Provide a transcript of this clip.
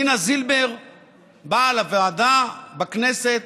דינה זילבר באה לכנסת